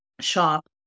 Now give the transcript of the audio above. shop